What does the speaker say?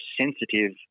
sensitive